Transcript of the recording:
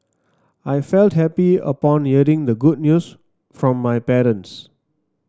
I felt happy upon hearing the good news from my parents